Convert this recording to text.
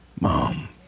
mom